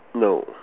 no